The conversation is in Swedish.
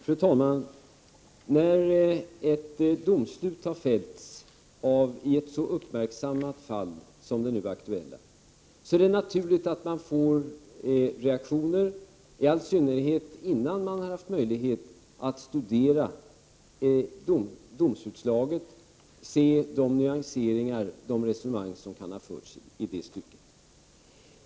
Fru talman! När ett domslut har fällts i ett så uppmärksammat fall som det nu aktuella, är det naturligt med reaktioner, i all synnerhet innan man haft möjlighet att studera domsutslaget, att se nyanserna och ta del av de resonemang som kan ha förts.